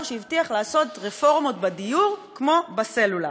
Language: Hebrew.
שהבטיח לעשות רפורמות בדיוק כמו בסלולר.